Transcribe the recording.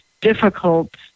difficult